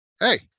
hey